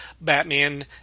batman